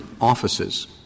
offices